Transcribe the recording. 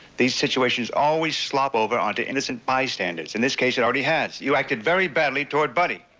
these situations always slop over onto innocent bystanders. in this case, it already has. you acted very badly toward buddy.